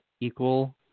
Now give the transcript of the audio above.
equal